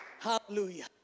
Hallelujah